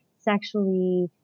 sexually